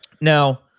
Now